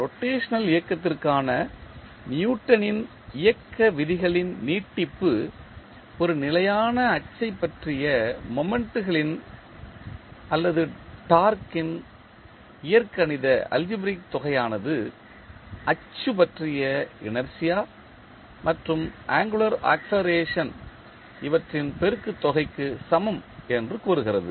rotational இயக்கத்திற்கான நியூட்டனின் இயக்க விதிகளின் நீட்டிப்பு ஒரு நிலையான அச்சைப் பற்றிய மொமண்ட்களின் அல்லது டார்க்கின் இயற்கணித தொகையானது அச்சு பற்றிய இனர்ஷியா மற்றும் ஆங்குளர் ஆக்ஸெலரேஷன் இவற்றின் பெருக்குத் தொகைக்கு சமம் என்று கூறுகிறது